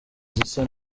zisa